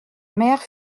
mère